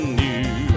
new